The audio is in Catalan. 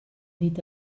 dit